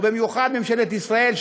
ובמיוחד מממשלת ישראל,